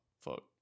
fuck